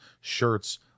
shirts